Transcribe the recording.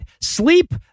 Sleep